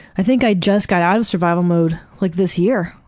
i think i just got out of survival mode like this year,